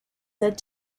said